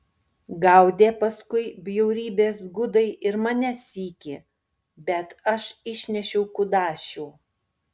gaudė paskui bjaurybės gudai ir mane sykį bet aš išnešiau kudašių